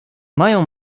mają